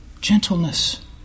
gentleness